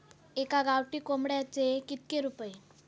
एका गावठी कोंबड्याचे कितके रुपये?